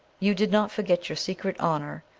you did not forget your secret honour,